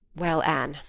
well, anne,